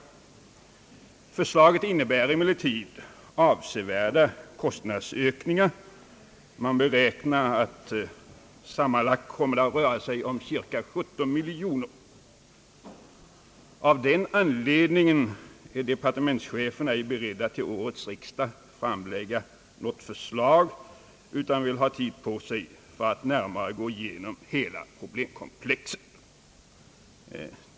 Förslaget innebär emellertid avsevärda kostnadsökningar, som sammanlagt beräknas komma att röra sig om cirka 17 miljoner kronor. Av den anledningen är departementschefen inte beredd att framlägga förslag för årets riksdag, utan han vill ha tid på sig att närmare gå igenom hela problemkomplexet.